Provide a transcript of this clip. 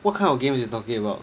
what kind of game you talking about